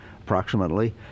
approximately